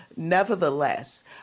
nevertheless